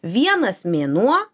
vienas mėnuo